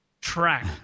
track